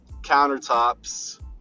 countertops